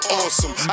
awesome